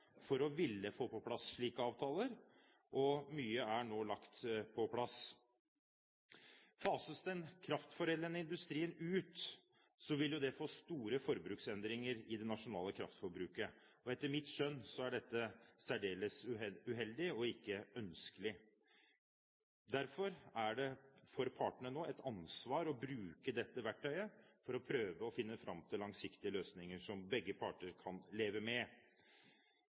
for å ville få på plass slike avtaler, og mye er nå lagt på plass. Fases den kraftforedlende industrien ut, vil jo det gi store forbruksendringer i det nasjonale kraftforbruket. Etter mitt skjønn er dette særdeles uheldig og ikke ønskelig. Derfor har partene nå et ansvar for å bruke dette verktøyet for å prøve å finne fram til langsiktige løsninger som begge parter kan leve med.